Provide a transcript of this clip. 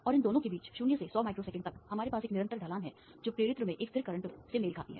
और इन दोनों के बीच 0 से 100 माइक्रोसेकंड तक हमारे पास एक निरंतर ढलान है जो प्रेरित्र में एक स्थिर करंट से मेल खाती है